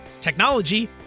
technology